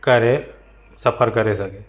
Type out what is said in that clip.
करे सफ़रु करे सघे